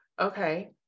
okay